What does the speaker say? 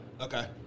Okay